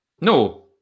No